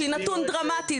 שהיא נתון דרמטי,